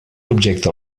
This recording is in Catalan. objecte